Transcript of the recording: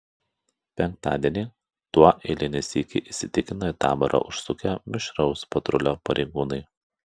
penktadienį tuo eilinį sykį įsitikino į taborą užsukę mišraus patrulio pareigūnai